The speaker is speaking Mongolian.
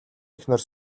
эхнэр